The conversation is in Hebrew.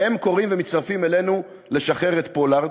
והם קוראים ומצטרפים אלינו בקריאה לשחרר את פולארד.